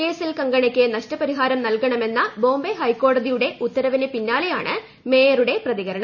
കേസിൽ കങ്കണയ്ക്ക് നഷ്ടപരിഹാരം നൽകണമെന്ന ബോംബെ ഹൈക്കോടതിയുടെ ഉത്തരവിന് പിന്നാലെയാണ് മേയറുടെ പ്രതികരണം